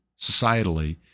societally